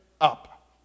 up